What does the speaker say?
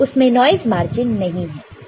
उसमें noise margin नहीं है